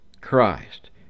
Christ